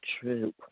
true